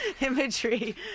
imagery